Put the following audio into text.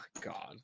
God